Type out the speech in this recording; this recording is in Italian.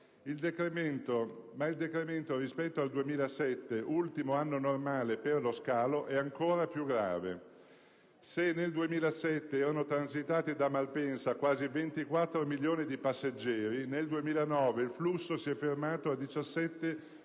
il decremento rispetto al 2007, ultimo anno normale per lo scalo, è ancora più grave. Se nel 2007 erano transitati da Malpensa quasi 24 milioni di passeggeri, nel 2009 il flusso si è fermato a 17,5 milioni